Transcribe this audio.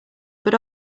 but